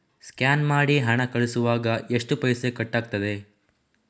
Scan ಮಾಡಿ ಹಣ ಕಳಿಸುವಾಗ ಎಷ್ಟು ಪೈಸೆ ಕಟ್ಟಾಗ್ತದೆ?